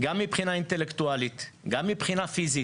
גם מבחינה אינטלקטואלית, גם מבחינה פיסית,